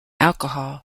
alcohol